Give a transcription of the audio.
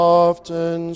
often